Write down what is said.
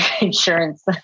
insurance